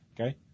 Okay